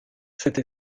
cette